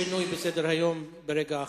שינוי בסדר-היום ברגע האחרון.